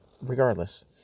regardless